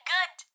Good